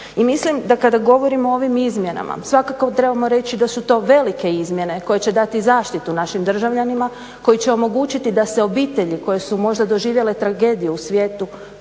mislim da kada govorimo o ovim izmjenama svakako trebamo reći da su to velike izmjene koje će dati zaštitu našim državljanima, koji će omogućiti da se obitelji koje su možda doživjele tragediju u svijetu